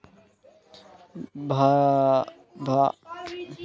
भात महत्त्वाच्या अन्नधान्यापैकी एक आहे